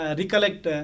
recollect